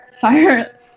fire